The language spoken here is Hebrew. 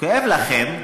כואב לכם,